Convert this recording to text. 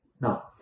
Now